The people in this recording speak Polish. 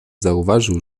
zauważył